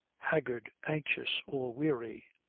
haggard, anxious or weary,